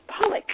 Pollock